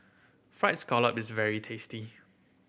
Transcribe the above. Fried Scallop is very tasty